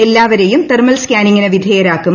എല്ലാവരെയും തെർമൽ സ്കാനിങ്ങിന് വിധേയരാക്കും